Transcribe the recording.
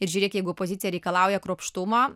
ir žiūrėk jeigu opozicija reikalauja kruopštumo